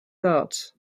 that